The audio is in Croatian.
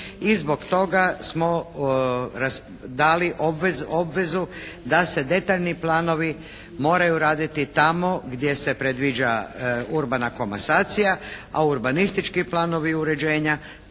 i zbog toga smo dali obvezu da se detaljni planovi moraju raditi tamo gdje se predviđa urbana komasacija a urbanistički planovi uređenja